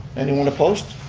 anyone opposed?